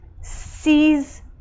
sees